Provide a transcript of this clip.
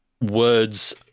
words